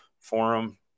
forum